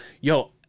yo